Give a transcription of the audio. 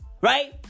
Right